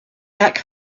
back